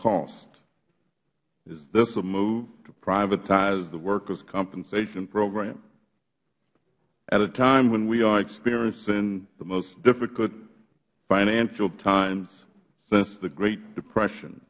costs is this a move to privatize the workers compensation program at a time when we are experiencing the most difficult financial times since the great depression